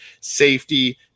safety